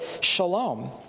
shalom